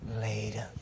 later